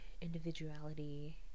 individuality